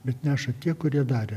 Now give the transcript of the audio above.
bet neša tie kurie darė